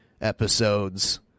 episodes